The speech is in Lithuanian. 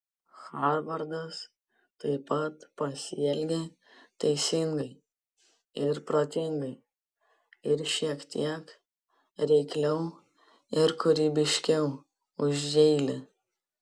harvardas taip pat pasielgė teisingai ir protingai ir šiek tiek reikliau ir kūrybiškiau už jeilį